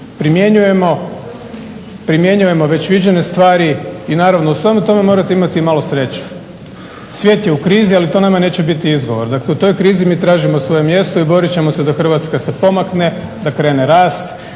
Primjenjujemo već viđene stvari i naravno u svemu tome morate imati i malo sreće. Svijet je u krizi ali to nama neće biti izgovor, dakle u toj krizi mi tražimo svoje mjesto i borit ćemo se da se Hrvatska pomakne, da krene rast,